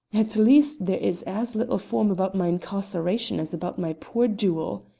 at least there is as little form about my incarceration as about my poor duel,